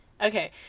okay